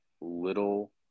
little